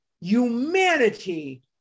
humanity